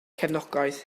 cefnogaeth